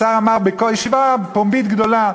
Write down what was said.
ישיבה פומבית גדולה,